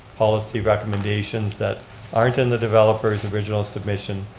policy recommendations that aren't in the developer's original submission,